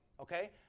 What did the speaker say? okay